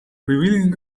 revealing